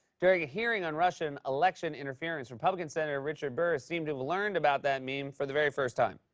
during a hearing on russian election interference, republican senator richard burr seemed to learned about that meme for the very first time.